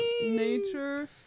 nature